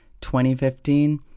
2015